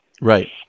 Right